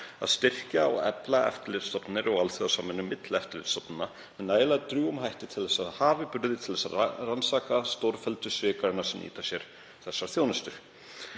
að styrkja og efla eftirlitsstofnanir og alþjóðasamvinnu milli eftirlitsstofnana með nægilega drjúgum hætti til að þær hafi burði til að rannsaka stórfelldu svikarana sem nýta sér þessa þjónustu.